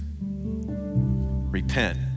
Repent